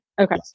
Okay